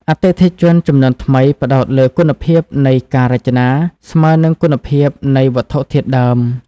អតិថិជនជំនាន់ថ្មីផ្ដោតលើគុណភាពនៃ "ការរចនា" ស្មើនឹងគុណភាពនៃ "វត្ថុធាតុដើម"។